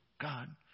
God